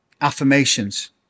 affirmations